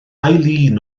eileen